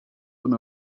und